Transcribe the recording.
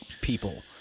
people